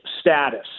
status